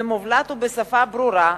במובלט ובשפה ברורה,